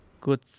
Good